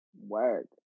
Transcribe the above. work